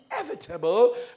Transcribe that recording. inevitable